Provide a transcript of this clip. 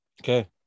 Okay